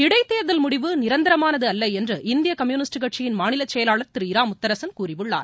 இடைத்தேர்தல் முடிவு நிரந்தரமானது அல்ல என்று இந்திய கம்யூனிஸ்ட் கட்சியின் மாநிலச்செயலாளர் திரு இரா முத்தரசன் கூறியுள்ளார்